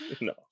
no